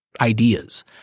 ideas